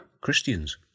Christians